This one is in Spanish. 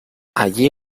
allí